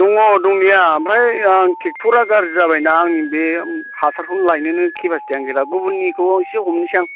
दङ दंनाया ओमफ्राय आं ट्रेक्ट'रा गाज्रि जाबायना आंनि बे हासारखौ लायनोनो केपासिटियानो गैला गुबुननिखौ एसे हमनोसै आं